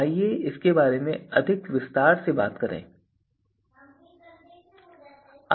आइए इस बारे में अधिक विस्तार से बात करते हैं